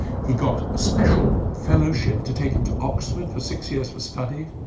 he got a special fellowship to take him to oxford for six years for study.